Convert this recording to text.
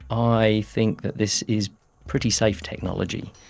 i think that this is pretty safe technology.